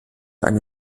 eine